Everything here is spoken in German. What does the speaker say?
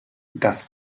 das